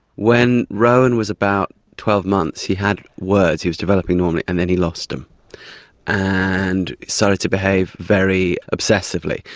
when rowan was about twelve months he had words, he was developing normally, and then he lost them and started to behave very obsessively.